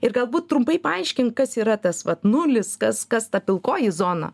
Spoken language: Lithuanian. ir galbūt trumpai paaiškink kas yra tas vat nulis kas kas ta pilkoji zona